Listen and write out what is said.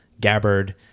Gabbard